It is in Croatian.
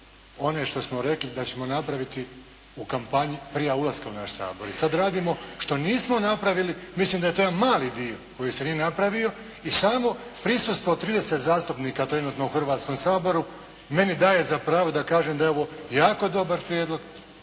one što smo rekli da ćemo napraviti u kampanji prije ulaska u naš Sabor. I sad radimo što nismo napravili. Mislim da je to jedan mali dio koji se nije napravio. I samo prisustvo 30 zastupnika trenutno u Hrvatskom saboru meni daje za pravo da kažem da je ovo jako dobar prijedlog.